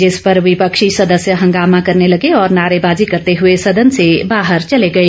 जिस पर विपक्षी सदस्य हंगामा करने लगे और नारेबाजी करते हुए सदन से बाहर चले गए